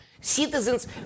citizens